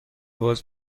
باز